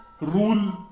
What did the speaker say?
rule